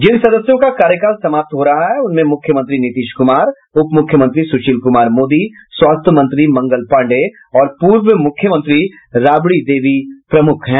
जिन सदस्यों का कार्यकाल समाप्त हो रहा है उनमें मुख्यमंत्री नीतीश कुमार उपमुख्यमंत्री सुशील कुमार मोदी स्वास्थ्य मंत्री मंगल पांडेय और पूर्व मुख्यमंत्री राबड़ी देवी प्रमुख है